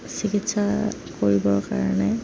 চিকিৎসা কৰিবৰ কাৰণে